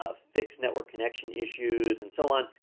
ah fix network connection issues and so on.